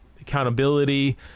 accountability